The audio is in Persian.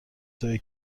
توئه